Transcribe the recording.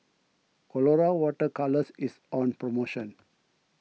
Colora Water Colours is on promotion